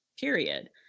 period